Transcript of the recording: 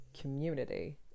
community